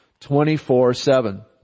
24-7